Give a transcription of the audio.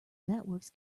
networks